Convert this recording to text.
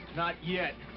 not yet.